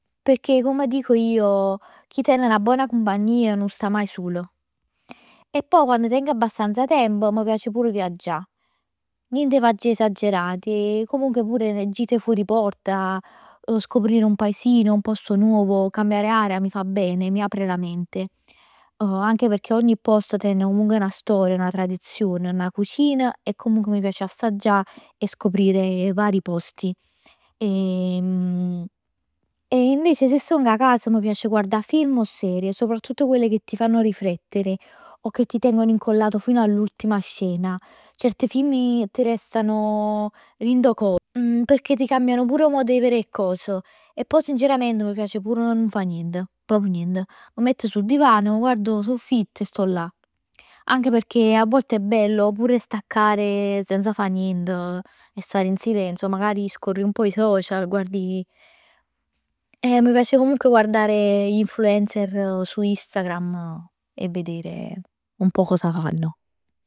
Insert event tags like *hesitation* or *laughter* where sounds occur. Perchè come dico io, chi ten 'na bona cumpagnia nun sta maje sulo. E poi quando tengo abbastanza tempo m' piace pur a viaggià. Niente viaggi esagerati. Comunque pure le gite fuori porta, *hesitation* scoprire un paesino, un posto nuovo, cambiare aria mi fa bene, mi apre la mente. *hesitation* Anche pecchè ogni posto ten comunque 'na storia, 'na tradizione, 'na cucina e comunque mi piace assaggià e scoprire vari posti. *hesitation* E invece si stong 'a cas m' piace guardà film o serie. Soprattutto quelle che ti fanno riflettere o che ti tengono incollato fino all'ultima scena. Certi film ti restando dint 'o core. Pecchè ti cagnano pur 'o modo 'e verè 'e cos. E poj sincerament mi piace pur a nun fa nient, proprj nient. M' metto sul divano, mi guardo 'o soffitto e sto là. Anche perchè a volte è bello pure staccare, senza fa niente e stare in silenzio. Magari scorri un pò i social, guardi. *hesitation* E mi piace comunque guardare le influencer su Instagram e vedere un pò cosa fanno.